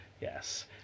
yes